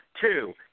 Two